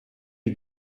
die